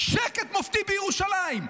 שקט מופתי בירושלים.